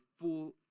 full